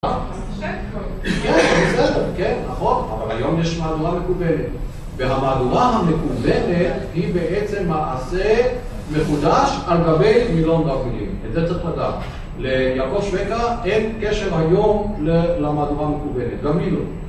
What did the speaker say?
אז זה בסדר, כן, נכון, אבל היום יש מהדורה מקובלת והמהדורה המקובלת היא בעצם מעשה מחודש על גבי מילון רב-מילים, את זה צריך לדעת ליקוש וקה אין קשב היום למהדורה המקובלת, גם מילון